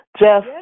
Jeff